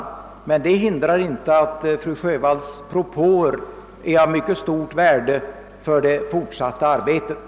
Men detta hindrar inte att fru Sjövalls propåer är av mycket stort värde för det fortsatta arbetet.